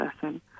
person